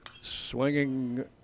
Swinging